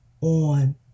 on